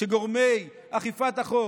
כשגורמי אכיפת החוק